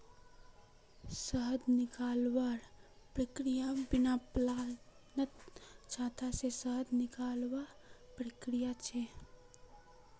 शहद निकलवार प्रक्रिया बिर्नि पालनत छत्ता से शहद निकलवार प्रक्रिया छे